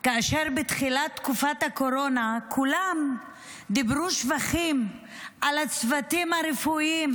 בתחילת תקופת הקורונה כולם דיברו שבחים על הצוותים הרפואיים,